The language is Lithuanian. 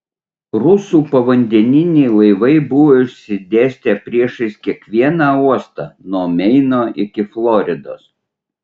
rusų povandeniniai laivai buvo išsidėstę priešais kiekvieną uostą nuo meino iki floridos